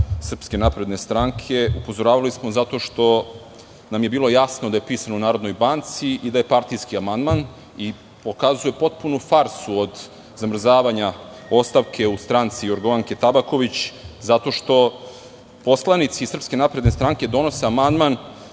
strane poslanika SNS. Upozoravali smo zato što nam je bilo jasno da je pisan u Narodnoj banci i da je partijski amandman. Pokazuje potpunu farsu od zamrzavanja ostavke u stranci Jorgovanke Tabaković, zato što poslanici SNS donose amandman